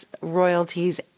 royalties